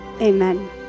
Amen